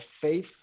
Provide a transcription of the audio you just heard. faith